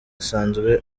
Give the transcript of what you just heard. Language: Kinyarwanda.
asanzwe